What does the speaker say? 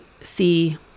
see